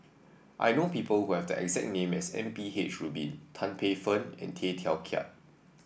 I know people who have the exact name as M P H Rubin Tan Paey Fern and Tay Teow Kiat